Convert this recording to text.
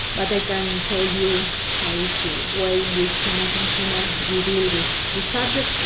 but i can tell you how is the way we see in argentina we deal with the subject.